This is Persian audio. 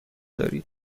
دارید